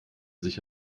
sich